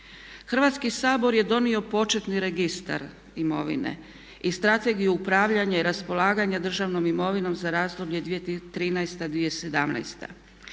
Hrvatski sabor je donio početni registar imovine i Strategiju upravljanja i raspolaganja državnom imovinom za razdoblje 2013./2017.